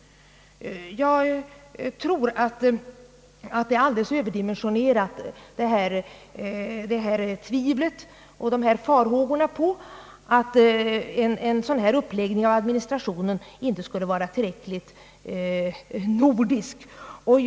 Jag tror att tvivlen och farhågorna för att en sådan ny uppläggning av administrationen inte skulle vara tillräckligt nordisk är alldeles överdimensionerade.